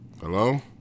hello